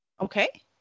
okay